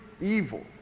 evil